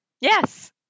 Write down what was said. Yes